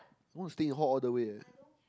want to stay in hall all the way leh